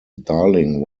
darling